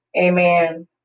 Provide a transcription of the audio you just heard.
Amen